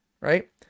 right